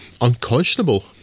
unconscionable